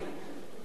אינו נוכח